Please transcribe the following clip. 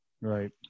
Right